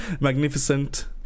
magnificent